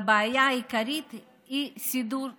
והבעיה העיקרית היא סידור לילדים.